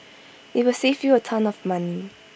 IT will save you A ton of money